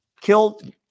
killed